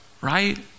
right